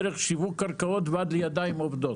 דרך שיווק קרקעות ועד לידיים עובדות.